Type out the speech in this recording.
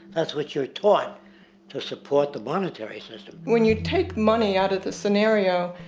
that's what you're taught to support the monetary system. when you take money out of the scenario,